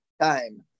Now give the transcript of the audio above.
time